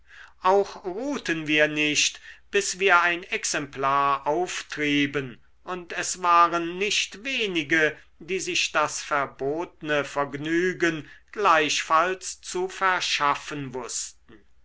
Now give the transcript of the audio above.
auch ruhten wir nicht bis wir ein exemplar auftrieben und es waren nicht wenige die sich das verbotne vergnügen gleichfalls zu verschaffen wußten